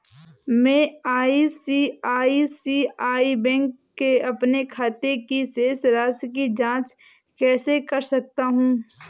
मैं ICICI bank के अपने खाते की शेष राशि की जाँच कैसे कर सकता हूँ?